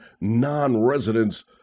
non-residents